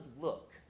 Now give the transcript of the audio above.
look